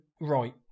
right